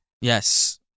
Yes